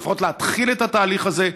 ולפחות להתחיל את התהליך הזה,